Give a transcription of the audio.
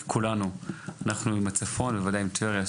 כי כולנו עם הצפון ובוודאי עם טבריה,